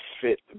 fit